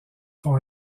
font